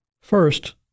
First